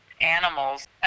animals